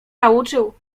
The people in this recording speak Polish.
nauczył